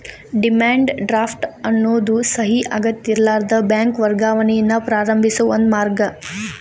demand draft ಎನ್ನೋದು ಸಹಿ ಅಗತ್ಯಇರ್ಲಾರದ ಬ್ಯಾಂಕ್ ವರ್ಗಾವಣೆಯನ್ನ ಪ್ರಾರಂಭಿಸೋ ಒಂದ ಮಾರ್ಗ